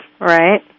Right